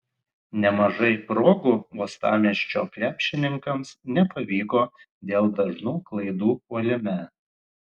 nemažai progų uostamiesčio krepšininkams nepavyko dėl dažnų klaidų puolime